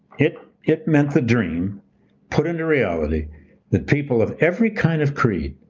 it it meant the dream put into reality that people of every kind of creed,